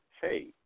hey